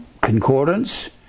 concordance